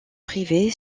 privée